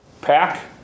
pack